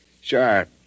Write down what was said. Sure